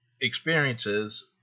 experiences